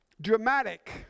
dramatic